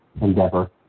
endeavor